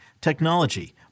technology